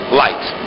light